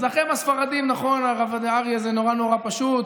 אז, לכם הספרדים, הרב אריה, זה נורא פשוט: